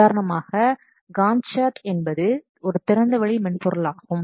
உதாரணமாக Gantt chart என்பது ஒரு திறந்தவெளி மென்பொருளாகும்